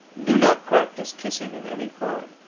do not practise kissing in any form